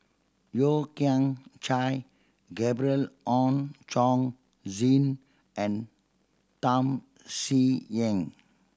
Yeo Kian Chai Gabriel Oon Chong Jin and Tham Sien Yen